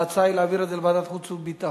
ההצעה היא להעביר את הנושא לוועדת חוץ וביטחון.